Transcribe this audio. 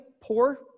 poor